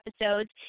episodes